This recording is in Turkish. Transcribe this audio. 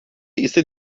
ise